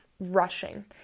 rushing